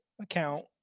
account